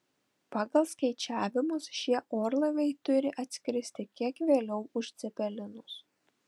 pagal skaičiavimus šie orlaiviai turi atskristi kiek vėliau už cepelinus